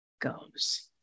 goes